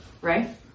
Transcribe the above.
right